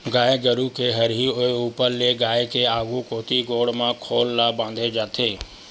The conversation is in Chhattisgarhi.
गाय गरु के हरही होय ऊपर ले गाय के आघु कोती गोड़ म खोल ल बांधे जाथे